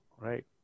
right